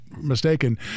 mistaken